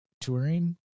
touring